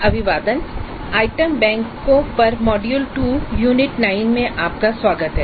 अभिवादन आइटम बैंकों पर मॉड्यूल 2 यूनिट 9 में आपका स्वागत है